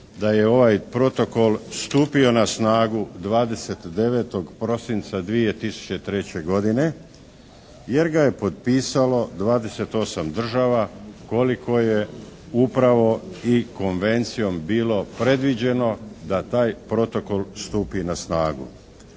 da je ovaj protokol stupio na snagu 29. prosinca 2003. godine jer ga je potpisalo 28 država koliko je upravo i konvencijom bilo predviđeno da taj protokol stupi na snagu.